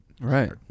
Right